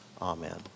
Amen